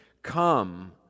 Come